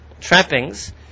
trappings